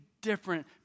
different